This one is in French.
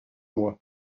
mois